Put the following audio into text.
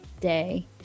day